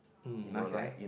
mm okay